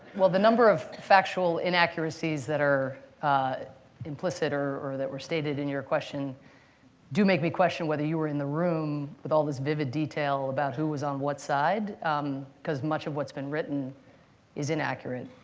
well the number of factual inaccuracies that are implicit or that were stated in your question do make me question whether you were in the room with all this vivid detail about who was on what side because much of what's been written is inaccurate.